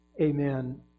Amen